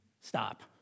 Stop